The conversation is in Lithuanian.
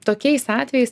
tokiais atvejais